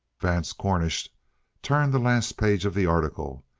vance cornish turned the last page of the article,